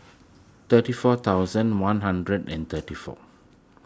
thirty four thousand one hundred and thirty four